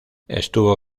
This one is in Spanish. estuvo